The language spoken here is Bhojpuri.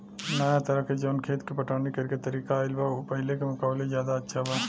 नाया तरह के जवन खेत के पटवनी करेके तरीका आईल बा उ पाहिले के मुकाबले ज्यादा अच्छा बा